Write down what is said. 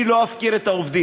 אני לא אפקיר את העובדים.